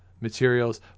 materials